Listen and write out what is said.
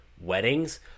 weddings